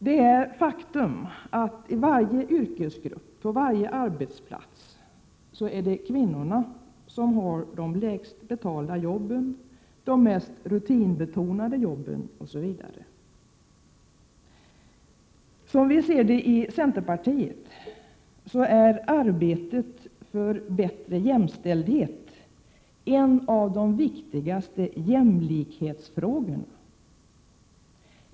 Det är faktum att i varje yrkesgrupp, på varje arbetsplats är det kvinnorna som har de lägst betalda jobben, de mest rutinbetonade jobben osv. Som vi ser det i centerpartiet är arbetet för bättre jämställdhet en av de viktigaste jämlikhetsfrågorna.